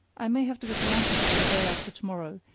i may have to go to lancaster the day after to-morrow,